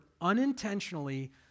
unintentionally